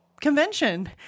convention